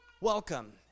welcome